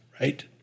right